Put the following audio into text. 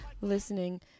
listening